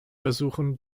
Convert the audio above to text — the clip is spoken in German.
versuchen